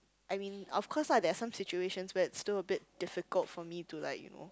I mean of course ah there are some situations where it's still a bit difficult for me to like you know